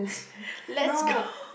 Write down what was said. let's go